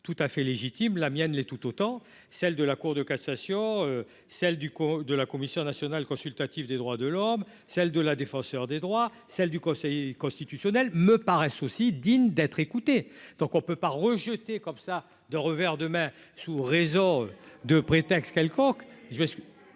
tout à fait légitime la mienne l'est tout autant, celle de la Cour de cassation, celle du de la Commission nationale consultative des droits de l'homme, celle de la défenseure des droits, celle du Conseil Constit. Fusionnel me paraissent aussi digne d'être écouté, donc on peut pas rejeter comme ça d'un revers de main sous-réseau de prétexte quelconque,